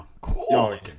cool